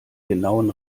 genauen